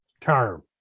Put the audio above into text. term